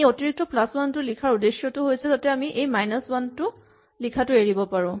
এই অতিৰিক্ত plus one টো লিখাৰ উদেশ্যটো হৈছে যাতে আমি এই মাইনাচ ৱান লিখাটো এৰিব পাৰো